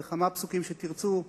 בכמה פסוקים שתרצו,